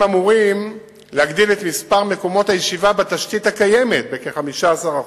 הם אמורים להגדיל את מספר מקומות הישיבה בתשתית הקיימת בכ-15%.